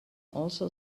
also